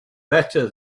better